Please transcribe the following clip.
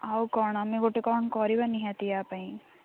ଆଉ କ'ଣ ଆମେ ଗୋଟେ କ'ଣ କରିବା ନିହାତି ୟା ପାଇଁ